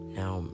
now